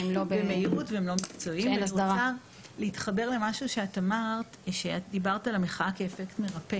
אגב, זה תמיד חודר לחברה הכללית.